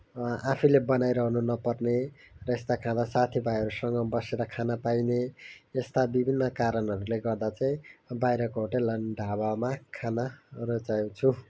आफैले बनाइरहनु नपर्ने र यस्ता खाना साथीभाइहरूसँग बसेर खान पाइने यस्ता विभिन्न कारणहरूले गर्दा चाहिँ बाहिरको होटल अनि ढाबामा खान रुचाउँछु